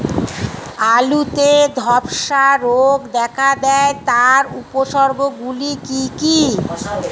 আলুতে ধ্বসা রোগ দেখা দেয় তার উপসর্গগুলি কি কি?